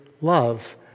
love